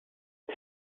sie